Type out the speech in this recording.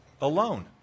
alone